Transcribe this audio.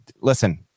listen